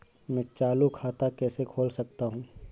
मैं चालू खाता कैसे खोल सकता हूँ?